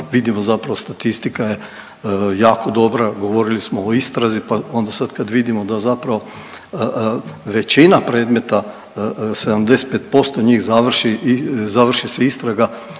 vidimo zapravo statistika je jako dobra, govorili smo o istrazi pa onda sad kad vidimo da zapravo većina predmeta 75% njih završi, završi se istraga